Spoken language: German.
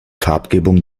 farbgebung